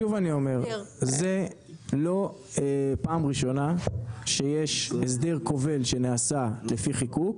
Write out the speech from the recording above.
זו לא פעם ראשונה שיש הסדר כובל שנעשה לפי חיקוק.